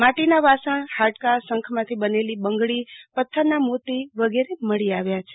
માટીના વાસણ હાડકાં શંખમાંથી બનેલી બંગડી પથ્થરના મોતી વગેરે મળી આવ્યા છે